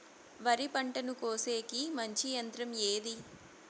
వరి పంటను కోసేకి మంచి యంత్రం ఏది?